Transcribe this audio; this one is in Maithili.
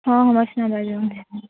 हँ हम अर्चना बाजि रहल छी